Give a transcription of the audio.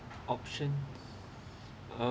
options um